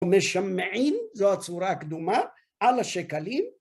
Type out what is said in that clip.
ומשמעים, זו הצורה הקדומה, על השקלים.